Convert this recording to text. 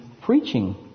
preaching